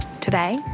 Today